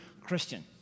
Christian